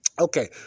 okay